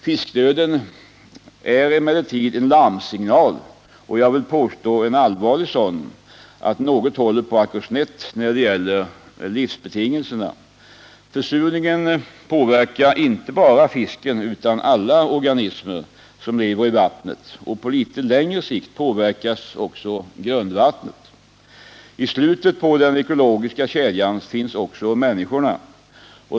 Fiskdöden är emellertid en larmsignal — och jag vill påstå att det är en allvarlig sådan — om att något håller på att gå snett när det gäller livsbetingelserna. Försurningen påverkar inte bara fisken utan alla organismer som lever i vattnet, och på litet längre sikt påverkas också grundvattnet. I slutet på den ekologiska kedjan finns också människorna.